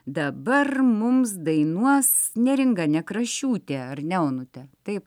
dabar mums dainuos neringa nekrašiūtė ar ne onute taip